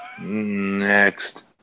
next